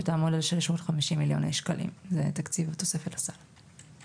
שהייתה אמורה להיות 650 מיליוני שקלים תוספת לסל.